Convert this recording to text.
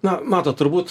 na matot turbūt